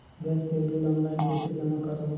Gas के bill online कइसे जमा करव?